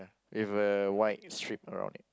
with a white strip around it